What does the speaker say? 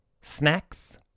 Snacks